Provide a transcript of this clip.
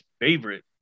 favorite